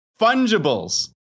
Fungibles